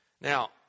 Now